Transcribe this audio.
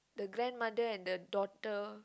the grandmother and the daughter